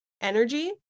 energy